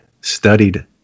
studied